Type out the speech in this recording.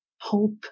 hope